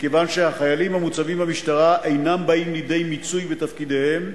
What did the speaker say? מכיוון שהחיילים המוצבים במשטרה אינם באים לידי מיצוי בתפקידיהם,